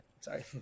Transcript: sorry